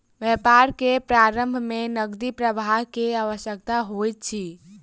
व्यापार के प्रारम्भ में नकदी प्रवाह के आवश्यकता होइत अछि